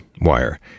wire